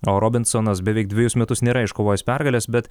o robinsonas beveik dvejus metus nėra iškovojęs pergalės bet